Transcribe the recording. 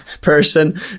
person